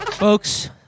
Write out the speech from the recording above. Folks